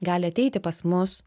gali ateiti pas mus